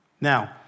Now